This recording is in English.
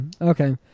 Okay